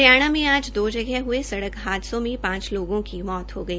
हरियाणा में आज दो जगह ह्ये सड़क हादसों में पांच लोगों की मौत हो गई